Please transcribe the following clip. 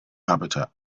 habitat